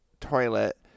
toilet